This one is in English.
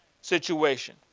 situation